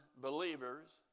believers